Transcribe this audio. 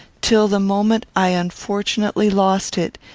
till the moment i unfortunately lost it,